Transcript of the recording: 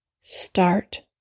Start